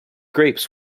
grapes